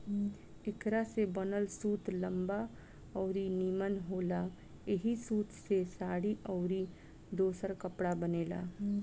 एकरा से बनल सूत लंबा अउरी निमन होला ऐही सूत से साड़ी अउरी दोसर कपड़ा बनेला